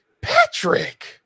patrick